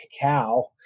cacao